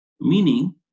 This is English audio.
meaning